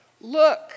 Look